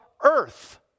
earth